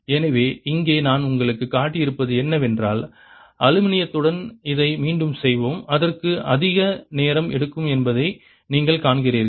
எனவே இங்கே நான் உங்களுக்குக் காட்டியிருப்பது என்னவென்றால் அலுமினியத்துடன் இதை மீண்டும் செய்வோம் அதற்கு அதிக நேரம் எடுக்கும் என்பதை நீங்கள் காண்கிறீர்கள்